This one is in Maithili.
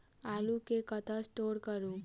आलु केँ कतह स्टोर करू?